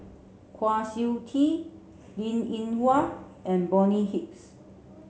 Kwa Siew Tee Linn In Hua and Bonny Hicks